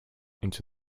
into